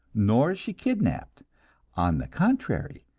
nor is she kidnapped on the contrary,